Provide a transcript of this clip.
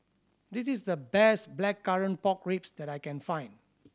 this is the best Blackcurrant Pork Ribs that I can find